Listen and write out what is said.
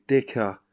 Dicker